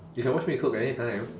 you can watch me cook anytime